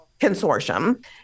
consortium